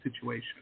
situation